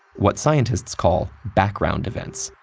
what scientists call background events.